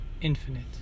infinite